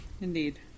Indeed